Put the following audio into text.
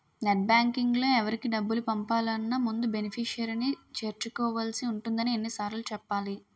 net బాంకింగ్లో ఎవరికి డబ్బులు పంపాలన్నా ముందు బెనిఫిషరీని చేర్చుకోవాల్సి ఉంటుందని ఎన్ని సార్లు చెప్పాలి